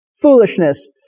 Foolishness